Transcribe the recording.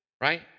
right